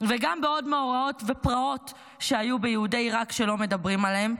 וגם בעוד מאורעות ופרעות שהיו ביהודי עיראק שלא מדברים עליהם.